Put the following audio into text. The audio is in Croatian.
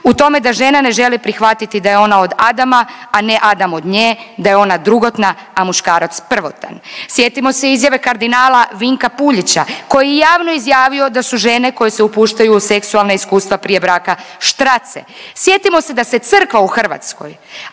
u tome da žena ne želi prihvatiti da je ona od Adama, a ne Adam od nje, da je ona drugotna, a muškarac prvotan. Sjetimo se izjave kardinala Vinka Puljića koji je javno izjavio da su žene koje se upuštaju u seksualne iskustva prije braka štrace, sjetimo se da se Crkva u Hrvatskoj